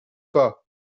pas